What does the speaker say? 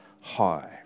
high